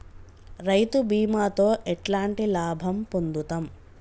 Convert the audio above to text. రైతు బీమాతో ఎట్లాంటి లాభం పొందుతం?